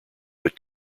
but